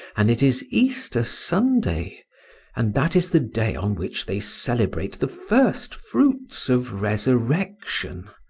and it is easter sunday and that is the day on which they celebrate the first fruits of resurrection.